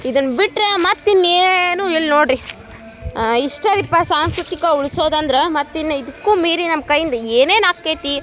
ಇದನ್ನು ಬಿಟ್ಟರೆ ಮತ್ತೆ ಇನ್ನು ಏನೂ ಇಲ್ಲ ನೋಡಿರಿ ಇಷ್ಟೇ ರೀ ಪಾ ಸಾಂಸ್ಕೃತಿಕ ಉಳ್ಸೋದು ಅಂದ್ರೆ ಮತ್ತು ಇನ್ನೂ ಇದಕ್ಕೂ ಮೀರಿ ನಮ್ಮ ಕೈಯಿಂದ ಏನೇನು ಆಕ್ತೈತಿ